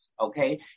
okay